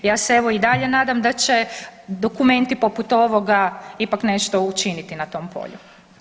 Ja se evo i dalje nadam da će dokumenti poput ovoga ipak nešto učiniti na tom polju.